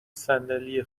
صندلی